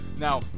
Now